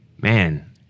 man